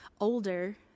older